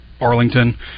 Arlington